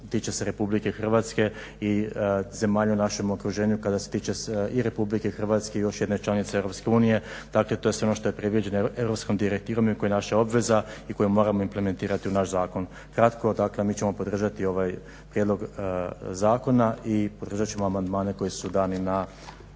tiče se RH i zemalja u našem okruženju, kada se tiče i RH i još jedne članice EU, dakle to je sve ono što je predviđeno europskom direktivnom i koja je naša obveza i koju moramo implementirati u naš zakon. Kratko, dakle mi ćemo podržati ovaj prijedlog zakona i podržat ćemo amandmane koji su dani na